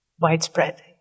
widespread